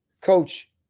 Coach